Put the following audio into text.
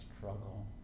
struggle